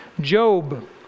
Job